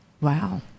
Wow